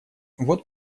вот